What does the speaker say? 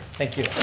thank you.